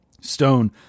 Stone